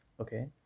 okay